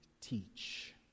teach